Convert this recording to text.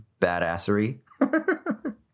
badassery